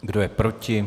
Kdo je proti?